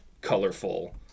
colorful